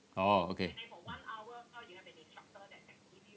oh okay